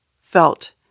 felt